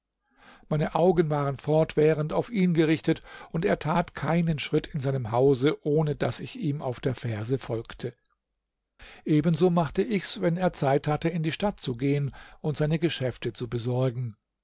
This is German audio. meine augen waren fortwährend auf ihn gerichtet und er tat keinen schritt in seinem hause ohne daß ich ihm auf der ferse folgte ebenso machte ich's wenn er zeit hatte in die stadt zu gehen und seine geschäfte zu besorgen